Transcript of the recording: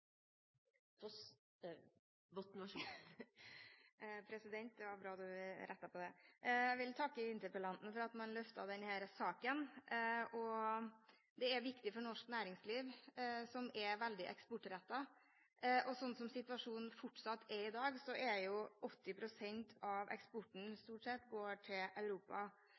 norsk næringsliv. Så det skal vi komme tilbake til på en god måte. Jeg vil takke interpellanten for at han løfter denne saken. Det er viktig for norsk næringsliv, som er veldig eksportrettet. Sånn som situasjonen fortsatt er i dag, går 80 pst. av eksporten stort sett til Europa.